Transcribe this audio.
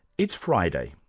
it's friday,